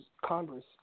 Congress